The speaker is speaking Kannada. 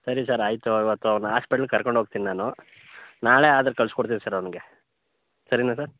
ಸರಿ ಸರ್ ಆಯಿತು ಇವತ್ತು ಅವನ್ನ ಆಸ್ಪೆಟ್ಲುಗೆ ಕರ್ಕೊಂಡು ಹೋಗ್ತಿನ್ ನಾನು ನಾಳೆ ಆದರೆ ಕಳ್ಸಿ ಕೊಡ್ತೀನಿ ಸರ್ ಅವ್ನಿಗೆ ಸರಿನಾ ಸರ್